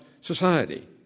society